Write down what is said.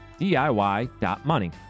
DIY.money